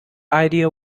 idea